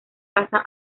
casa